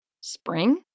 Spring